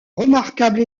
remarquable